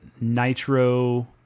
Nitro